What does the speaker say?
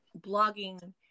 blogging